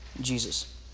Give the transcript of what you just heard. Jesus